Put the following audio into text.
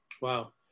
wow